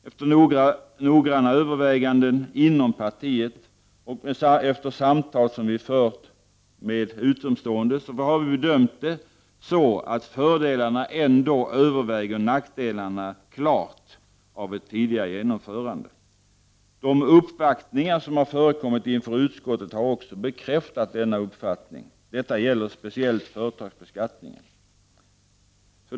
Efter noggranna överväganden inom partiet och efter samtal som vi haft med utomstående har vi gjort bedömningen att fördelarna av ett tidigare genomförande ändå klart överväger nackdelarna. De uppvaktningar som förekommit inför utskottet har också bekräftat denna uppfattning. Detta gäller speciellt företagsbeskattningen.